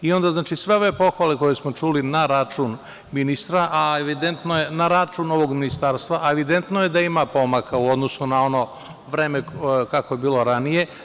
Onda, znači, sve ove pohvale koje smo čuli na račun ministra, a evidentno je, na račun ovog ministarstva, evidentno je da ima pomaka u odnosu na ono vreme kako je bilo ranije.